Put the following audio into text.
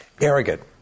Arrogant